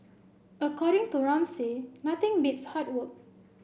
according to Ramsay nothing beats hard work